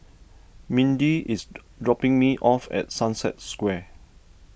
Mindi is dropping me off at Sunset Square